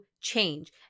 change